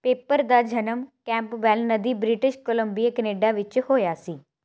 paper ਦਾ ਜਨਮ Campbell ਨਦੀ ਬ੍ਰਿਟਿਸ਼ ਕੋਲੰਬੀਆ ਕੈਨੇਡਾ ਵਿੱਚ ਹੋਇਆ ਸੀ